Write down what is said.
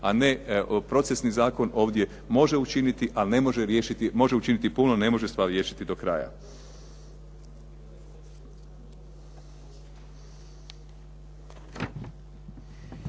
a ne procesni zakon ovdje može učiniti ali ne može riješiti, može učiniti puno, ne može stvar riješiti do kraja.